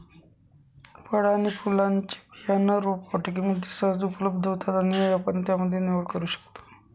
फळ आणि फुलांचे बियाणं रोपवाटिकेमध्ये सहज उपलब्ध होतात आणि आपण त्यामध्ये निवड करू शकतो